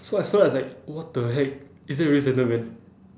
so I saw I was like what the heck is that really slender man